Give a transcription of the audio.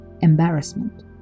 embarrassment